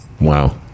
Wow